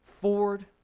Ford